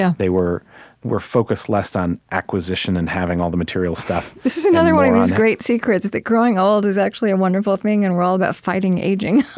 yeah they were were focused less on acquisition and having all the material stuff this is another one of these great secrets, that growing old is actually a wonderful thing, and we're all about fighting aging.